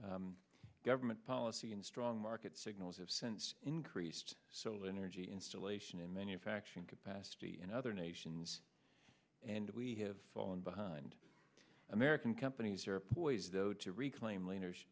government policy and strong market signals have since increased solar energy installation in manufacturing capacity in other nations and we have fallen behind american companies are ways though to reclaim leaders